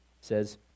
says